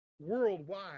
worldwide